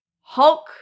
Hulk